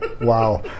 Wow